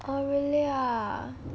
orh really ah